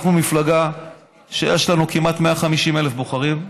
אנחנו מפלגה שיש לה כמעט 150,000 בוחרים.